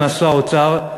מכם, אדוני סגן שר האוצר,